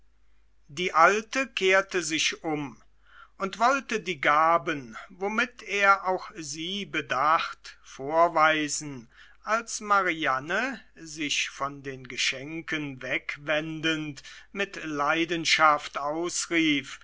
die alte kehrte sich um und wollte die gaben womit er auch sie bedacht vorweisen als mariane sich von den geschenken wegwendend mit leidenschaft ausrief